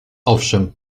owszem